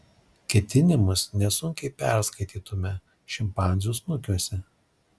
ketinimus nesunkiai perskaitytume šimpanzių snukiuose